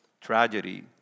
tragedy